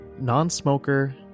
non-smoker